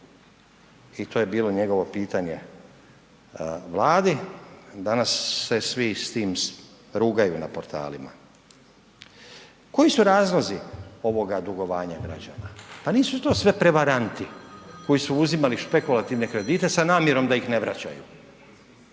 i to je bilo njegovo pitanje Vladi. Danas se svi s tim rugaju na portalima. Koji su razlozi ovoga dugovanja građana? Pa nisu to sve prevaranti koji su uzimali špekulativne kredite sa namjerom da ih ne vraćaju.